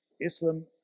Islam